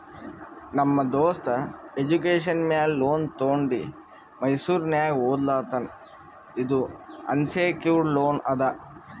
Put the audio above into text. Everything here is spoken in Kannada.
ನಮ್ ದೋಸ್ತ ಎಜುಕೇಷನ್ ಮ್ಯಾಲ ಲೋನ್ ತೊಂಡಿ ಮೈಸೂರ್ನಾಗ್ ಓದ್ಲಾತಾನ್ ಇದು ಅನ್ಸೆಕ್ಯೂರ್ಡ್ ಲೋನ್ ಅದಾ